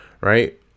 right